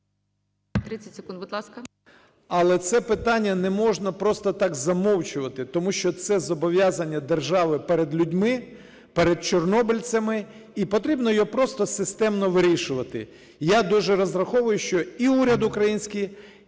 Але це питання не можна просто так замовчувати, тому що це зобов'язання держави перед людьми, перед чорнобильцями, і потрібно його просто системно вирішувати. Я дуже розраховую, що і уряд український,